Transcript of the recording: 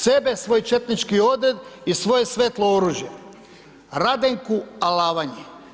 Sebe, svoj četnički odred i svoje svetlo oružje Radenku Alavanji.